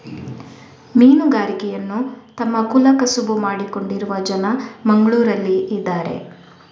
ಮೀನುಗಾರಿಕೆಯನ್ನ ತಮ್ಮ ಕುಲ ಕಸುಬು ಮಾಡಿಕೊಂಡಿರುವ ಜನ ಮಂಗ್ಳುರಲ್ಲಿ ಇದಾರೆ